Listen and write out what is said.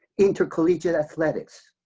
intercollegiate athletics,